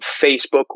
Facebook